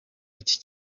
iki